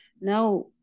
now